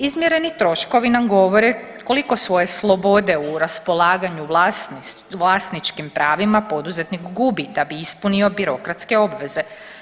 Izmjereni troškovi nam govore koliko svoje slobode u raspolaganju vlasničkim pravima poduzetnik gubi da bi ispunio birokratske obveze.